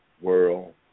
world